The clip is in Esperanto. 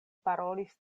parolis